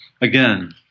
again